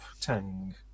tang